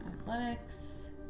athletics